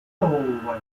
hallway